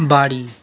বাড়ি